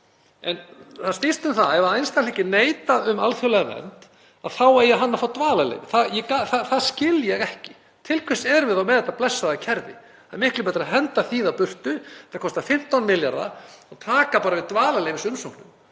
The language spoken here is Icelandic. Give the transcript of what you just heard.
Þetta snýst um að ef einstaklingi er neitað um alþjóðlega vernd þá eigi hann að fá dvalarleyfi. Það skil ég ekki. Til hvers erum við þá með þetta blessaða kerfi? Það er miklu betra að henda því þá burt. Það kostar 15 milljarða að taka bara við dvalarleyfisumsóknum,